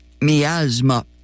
miasma